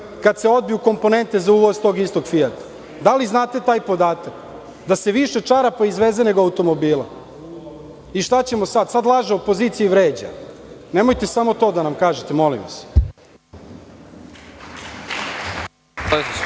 kada se odbiju komponente za uvoz tog istog „Fijata“. Da li znate taj podatak da se više čarapa izveze nego automobila? Šta ćemo sad, sad laže opozicija i vređa? Nemojte samo to da nam kažete, molim vas.